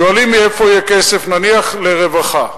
שואלים מאיפה יהיה כסף, נניח לרווחה,